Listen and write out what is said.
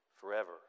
forever